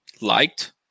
liked